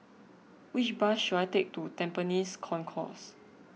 which bus should I take to Tampines Concourse